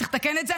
צריך לתקן את זה.